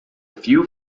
few